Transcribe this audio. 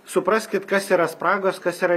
supraskit kas yra spragos kas yra